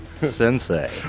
Sensei